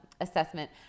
assessment –